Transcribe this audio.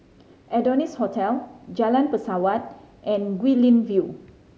Adonis Hotel Jalan Pesawat and Guilin View